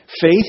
Faith